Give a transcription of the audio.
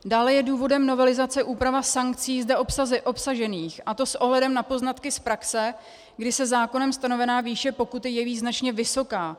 Dále je důvodem novelizace úprava sankcí zde obsažených, a to s ohledem na poznatky z praxe, kdy se zákonem stanovená výše pokuty jeví značně vysoká.